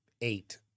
Eight